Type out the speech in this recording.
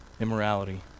immorality